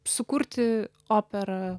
sukurti operą